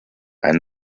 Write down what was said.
einen